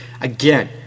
Again